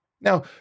Now